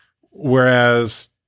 Whereas